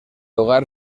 hogar